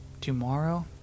Tomorrow